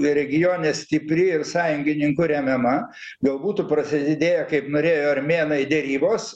regione stipri ir sąjungininkų remiama gal būtų prasidėję kaip norėjo armėnai derybos